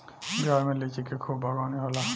बिहार में लिची के खूब बागवानी होला